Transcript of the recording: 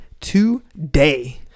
today